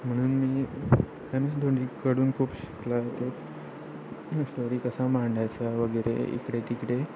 म्हणून मी M S धोनीकडून खूप शिकला ते स्टोरी कसा मांडायचा वगैरे इकडे तिकडे